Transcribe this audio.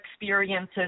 experiences